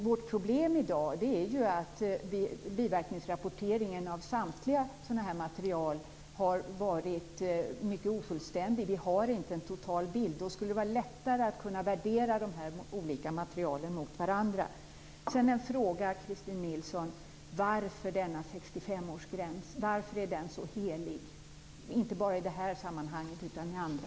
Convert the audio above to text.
Vårt problem i dag är att biverkningsrapporteringen av samtliga sådana här material har varit mycket ofullständig. Vi har inte en total bild. Då skulle det vara lättare att göra en värdering av de olika materialen och ställa dem mot varandra. Sedan har jag en fråga, Christin Nilsson: Varför denna 65-årsgräns? Varför är den så helig, inte bara i det här sammanhanget utan även i andra?